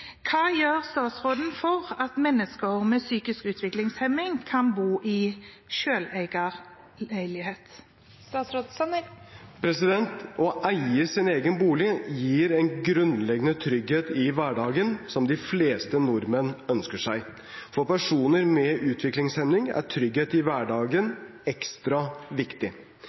Hva gjør statsråden for at mennesker med psykisk utviklingshemming kan bo i selveierbolig?» Å eie sin egen bolig gir en grunnleggende trygghet i hverdagen som de fleste nordmenn ønsker seg. For personer med utviklingshemning er trygghet i hverdagen ekstra viktig.